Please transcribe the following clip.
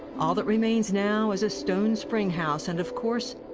all that remains now is a stone spring house and, of course,